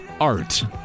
art